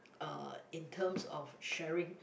uh in terms of sharing